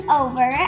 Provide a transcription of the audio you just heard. over